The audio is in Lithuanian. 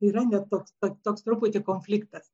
yra ne toks tad toks truputį konfliktas